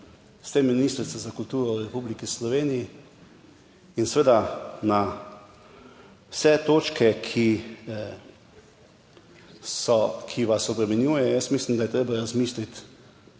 s tem Ministrstvo za kulturo v Republiki Sloveniji in seveda na vse točke, ki so, ki vas obremenjujejo. Jaz mislim, da je treba razmisliti,